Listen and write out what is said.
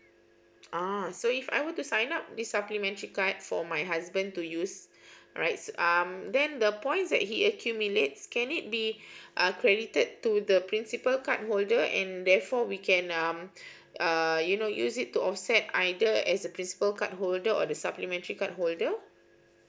uh so if I were to sign up this supplementary card for my husband to use rights um then the points that he accumulates can it be uh credited to the principal card holder and therefore we can um err you know use it to offset either as a principle card holder or the supplementary card holder